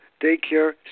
daycare